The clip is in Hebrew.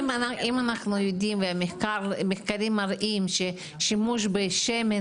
אם אנחנו יודעים על מחקרים שמראים ששימוש בשמן